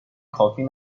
کافی